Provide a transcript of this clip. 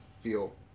feel